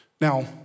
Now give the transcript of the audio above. Now